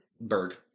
bird